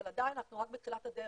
אבל עדיין אנחנו רק בתחילת הדרך.